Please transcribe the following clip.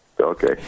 Okay